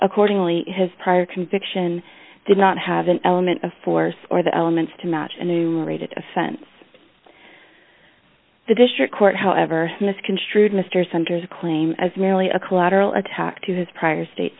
accordingly prior conviction did not have an element of force or the elements to match and to great offense the district court however misconstrued mr sanders claim as merely a collateral attack to his prior state